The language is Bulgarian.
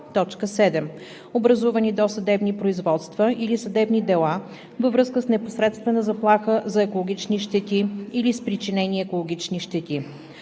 образувани досъдебни производства или съдебни дела във връзка с непосредствена заплаха за екологични щети или с причинени екологични щети;